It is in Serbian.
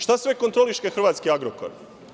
Šta sve kontroliše hrvatski „Agrokor“